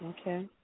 Okay